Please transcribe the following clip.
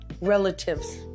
relatives